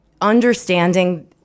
understanding